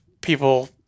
people